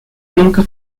nunca